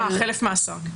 חלף מאסר.